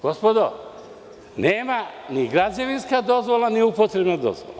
Gospodo nema ni građevinsku dozvolu, ni upotrebnu dozvolu.